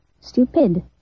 stupid